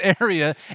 area